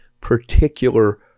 particular